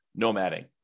nomading